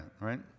right